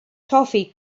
toffee